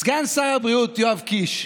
סגן שר הבריאות יואב קיש,